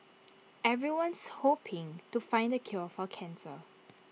everyone's hoping to find the cure for cancer